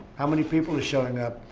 how many people are showing up?